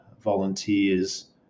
volunteers